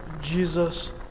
Jesus